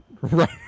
right